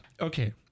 okay